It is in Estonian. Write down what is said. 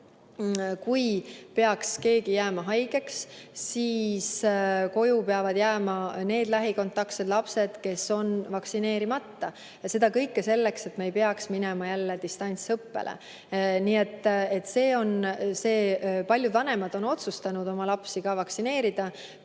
Kui keegi peaks jääma haigeks, siis koju peavad jääma need lähikontaktsed lapsed, kes on vaktsineerimata. Seda kõike selleks, et me ei peaks minema jälle distantsõppele. Nii et see on see põhjus. Paljud vanemad on otsustanud oma lapsi vaktsineerida.